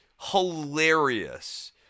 hilarious